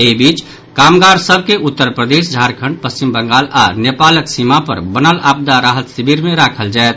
एहि बीच कामगार सभ के उत्तर प्रदेश झारखंड पश्चिम बंगाल आओर नेपालक सीमा पर बनल आपदा राहत शिविर मे राखल जायत